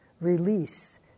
release